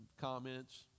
comments